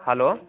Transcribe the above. hello